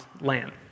land